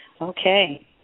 Okay